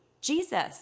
Jesus